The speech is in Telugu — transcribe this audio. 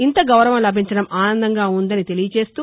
ఇంతగౌరవం లభించడం ఆనందంగా ఉందని తెలియజేస్తూ